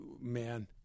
man